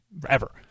forever